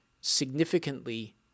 significantly